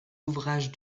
ouvrages